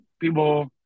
people